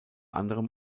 anderem